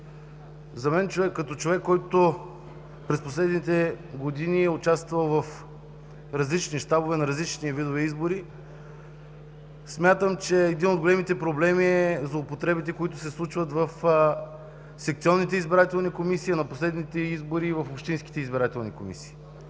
За мен, като човек, който през последните години е участвал в различни щабове на различни видове избори, смятам, че един от големите проблеми са злоупотребите, които се случват в секционните избирателни комисии, а на последните избори и в общинските избирателни комисии.